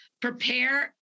prepare